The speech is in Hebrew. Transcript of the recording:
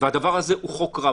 והדבר הזה הוא חוק רע.